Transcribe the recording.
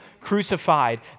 crucified